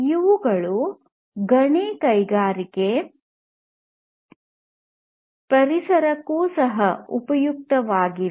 ಅವುಗಳು ಗಣಿಗಾರಿಕೆ ಪರಿಸರಕ್ಕೂ ಬಹಳ ಉಪಯುಕ್ತವಾಗಿದೆ